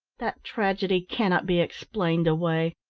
that tragedy cannot be explained away.